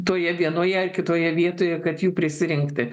toje vienoje kitoje vietoje kad jų prisirinkti